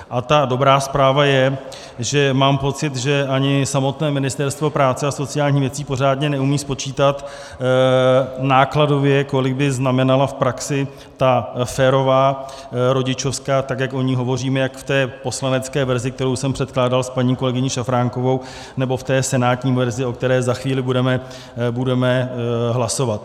A ta dobrá zpráva je, že mám pocit, že ani samotné Ministerstvo práce a sociálních věcí pořádně neumí spočítat nákladově, kolik by znamenala v praxi ta férová rodičovská, tak jak o ní hovoříme jak v té poslanecké verzi, kterou jsem předkládal s paní kolegyní Šafránkovou, nebo v té senátní verzi, o které za chvíli budeme hlasovat.